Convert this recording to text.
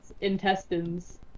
intestines